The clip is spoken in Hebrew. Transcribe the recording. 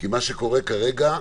כי מה שקורה כרגע,